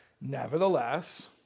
Nevertheless